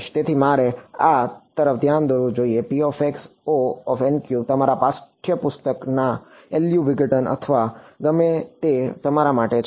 તેથી મારે આ તરફ ધ્યાન દોરવું જોઈએ તમારા પાઠ્યપુસ્તક LU વિઘટન અથવા ગમે તે તમારા માટે છે